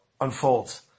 unfolds